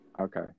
Okay